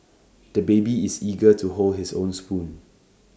the baby is eager to hold his own spoon